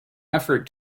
effort